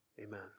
Amen